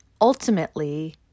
ultimately